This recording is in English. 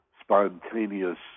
spontaneous